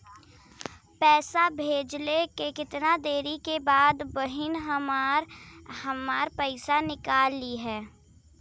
पैसा भेजले के कितना देरी के बाद बहिन हमार पैसा निकाल लिहे?